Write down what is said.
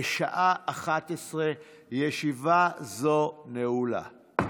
בשעה 11:00. ישיבה זו נעולה.